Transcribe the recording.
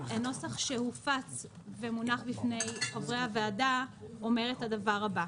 הנוסח שהופץ ומונח בפני חברי הוועדה אומר את הדבר הבא: